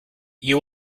you